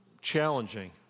challenging